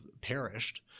perished